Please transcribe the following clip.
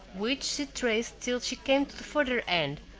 which she traced till she came to the farther end,